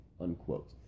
unquote